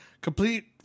Complete